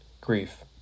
grief